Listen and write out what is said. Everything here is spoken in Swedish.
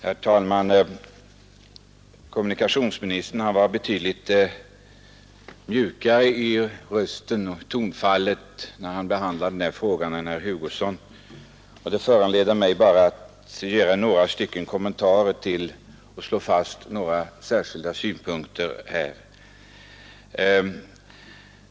Herr talman! När kommunikationsministern behandlade denna fråga var han betydligt mjukare i röst och tonfall än herr Hugosson, och det föranleder mig att här göra några kommentarer och slå fast ett par synpunkter.